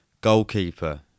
Goalkeeper